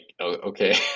okay